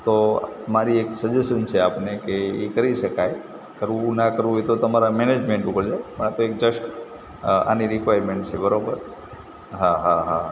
તો મારી એક સજેસન છે આપને કે એ કરી શકાય કરવું ના કરવું એ તો તમારા મેનેજમેન્ટ ઉપર છે પણ આ તો એક જસ્ટ આની રિક્વાયરમેન્ટ છે બરાબર હા હા હા